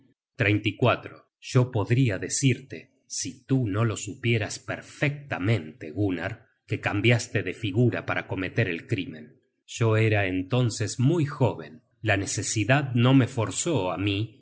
primero en poderío yo podria decirte si tú no lo supieras perfectamente gunnar que cambiaste de figura para cometer el crimen yo era entonces muy jóven la necesidad no me forzó á mí